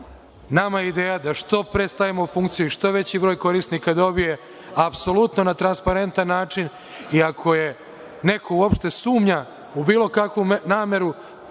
Nama je ideja da što pre stavimo u funkciju i što veći broj korisnika da dobije apsolutno na transparentan način. I ako neko uopšte sumnja u bilo kakvu nameru,